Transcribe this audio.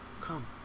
Come